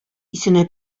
исенә